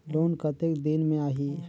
Loan कतेक दिन मे आही?